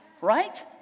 Right